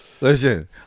Listen